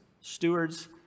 stewards